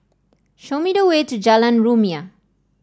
show me the way to Jalan Rumia